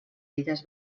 illes